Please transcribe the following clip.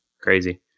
crazy